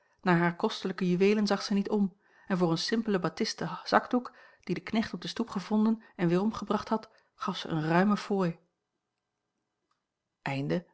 naar hare kostelijke juweelen zag ze niet om en voor een simpelen batisten zakdoek dien de knecht op de stoep gevonden en weerom gebracht had gaf ze eene ruime fooi